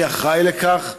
2. מי אחראי לכך?